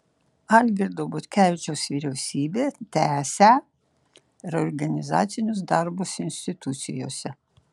algirdo butkevičiaus vyriausybė tęsią reorganizacinius darbus institucijose